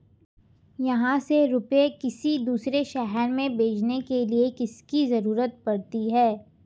यहाँ से रुपये किसी दूसरे शहर में भेजने के लिए किसकी जरूरत पड़ती है?